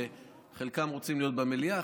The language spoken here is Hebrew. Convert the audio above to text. שחלקם רוצים להיות במליאה,